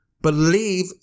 believe